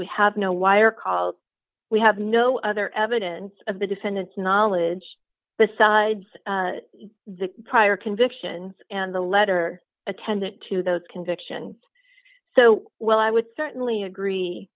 we have no wire called we have no other evidence of the defendant's knowledge besides the prior convictions and the letter attended to those convictions so well i would certainly agree